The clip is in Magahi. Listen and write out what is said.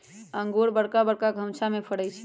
इंगूर बरका बरका घउछामें फ़रै छइ